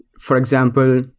for example,